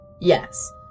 Yes